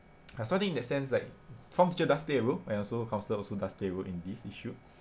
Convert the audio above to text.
I also think in that sense like form teacher does play a role and also counsellor also does play a role in this issue